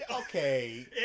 Okay